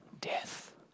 death